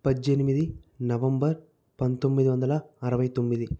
పద్దెనిమిది నవంబర్ పంతొమ్మిది వందల అరవై తొమ్మిది